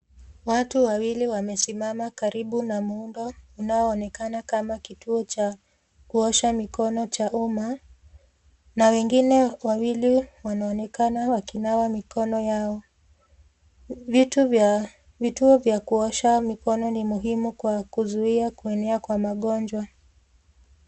Watu wawili wamesimama karibu na muundo inayoonekana kama kituo cha kuosha mikono cha uma, na wengine wawili wanaonekana kakinawa mikono yao, vituo vya kuosha mkono ni muhimu kwa kuzuia kwa kuenea kwa ugonja.